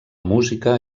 música